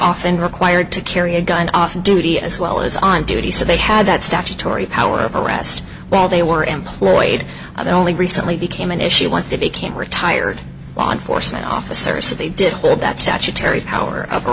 often required to carry a gun off duty as well as on duty so they had that statutory power of arrest while they were employed only recently became an issue once they became retired law enforcement officers if they did would that statutary power